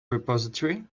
repository